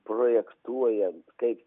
projektuojant kaip